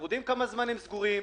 אנחנו יודעים כמה זמן הם סגורים,